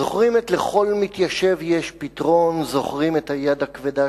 זוכרים את "לכל מתיישב יש פתרון"; זוכרים את היד הכבדה